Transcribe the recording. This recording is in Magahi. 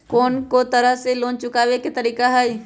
कोन को तरह से लोन चुकावे के तरीका हई?